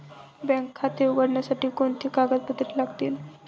Bank खाते उघडण्यासाठी कोणती कागदपत्रे लागतील?